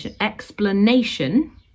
explanation